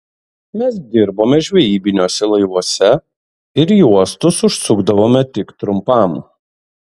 mes dirbome žvejybiniuose laivuose ir į uostus užsukdavome tik trumpam